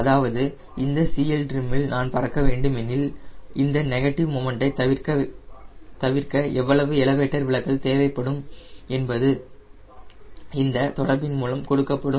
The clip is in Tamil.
அதாவது இந்த CLtrim இல் நான் பறக்க வேண்டும் எனில் இந்த நெகட்டிவ் மொமண்டை தவிர்க்க எவ்வளவு எலவேட்டர் விலகல் தேவைப்படும் என்பது இந்த தொடர்பின் மூலம் கொடுக்கப்படும்